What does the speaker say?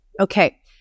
Okay